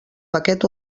paquet